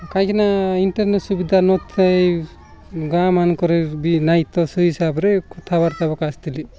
କାହିଁକିନା ଇଣ୍ଟର୍ନେଟ୍ ସୁବିଧା ନଥାଏ ଗାଁମାନଙ୍କରେ ବି ନାହିଁତ ସେହି ହିସାବରେ କଥାବାର୍ତ୍ତା ହେବାକୁ ଆସିଥିଲି